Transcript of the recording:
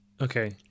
Okay